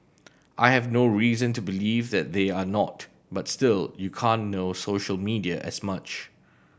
I have no reason to believe that they are not but still you can't know social media as much